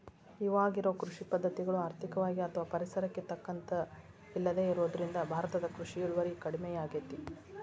ಇವಾಗಿರೋ ಕೃಷಿ ಪದ್ಧತಿಗಳು ಆರ್ಥಿಕವಾಗಿ ಅಥವಾ ಪರಿಸರಕ್ಕೆ ತಕ್ಕಂತ ಇಲ್ಲದೆ ಇರೋದ್ರಿಂದ ಭಾರತದ ಕೃಷಿ ಇಳುವರಿ ಕಡಮಿಯಾಗೇತಿ